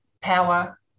power